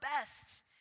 best